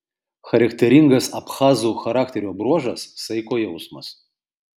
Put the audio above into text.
charakteringas abchazų charakterio bruožas saiko jausmas